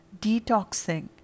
detoxing